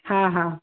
हा हा